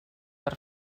per